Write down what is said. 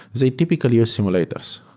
they typically are simulators.